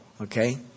okay